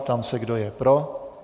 Ptám se, kdo je pro.